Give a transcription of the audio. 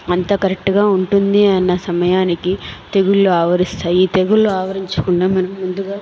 అంతా కరెక్ట్ గా ఉంటుంది అన్న సమయానికి తెగుళ్లు ఆవరిస్తాయి తెగుళ్లు ఆవరించకుండా మనం ముందుగా